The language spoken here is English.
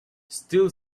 still